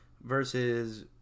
versus